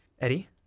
Eddie